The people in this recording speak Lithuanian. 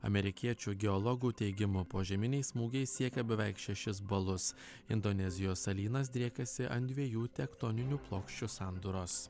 amerikiečių geologų teigimu požeminiai smūgiai siekė beveik šešis balus indonezijos salynas driekiasi ant dviejų tektoninių plokščių sandūros